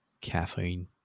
Caffeine